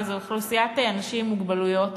וזו אוכלוסיית האנשים עם מוגבלויות.